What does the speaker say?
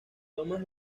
thomas